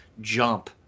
jump